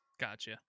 Gotcha